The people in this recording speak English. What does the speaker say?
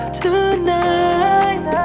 tonight